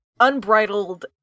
unbridled